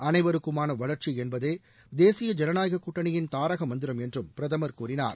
அனைவருக்குமான வளர்ச்சி என்பதே தேசிய ஜனநாயகக் கூட்டணியின் தாரக மந்திரம் என்றும் பிரதமர் கூறினார்